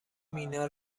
مینا